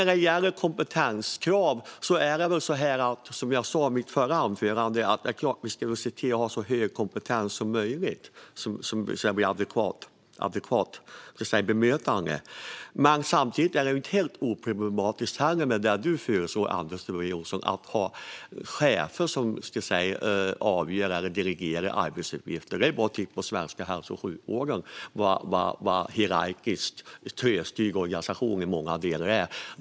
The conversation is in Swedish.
När det gäller kompetenskrav är det som jag sa i mitt förra inlägg: Det är klart att vi ska ha så hög kompetens som möjligt så att bemötandet blir adekvat. Samtidigt är det inte helt oproblematiskt, det som Anders W Jonsson föreslår - att chefer ska avgöra och delegera ansvar. Det är bara att titta på den svenska hälso och sjukvården och se vilken hierarkiskt trögstyrd organisation det är.